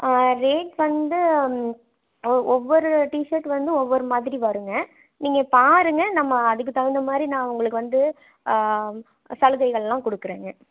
ஆ rate வந்து ஒவ்வொரு T shirt வந்து ஒவ்வொரு மாதிரி வருங்க நீங்கள் பாருங்கள் நம்ம அதுக்கு தகுந்த மாதிரி நான் உங்களுக்கு வந்து சலுகைகள்லாம் கொடுக்குறேங்க